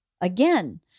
again